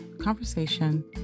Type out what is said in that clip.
conversation